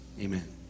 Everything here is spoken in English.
amen